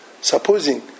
supposing